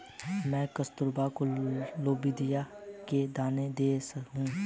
मैं कबूतरों को लोबिया के दाने दे देता हूं